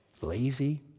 lazy